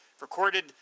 recorded